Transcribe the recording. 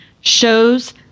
shows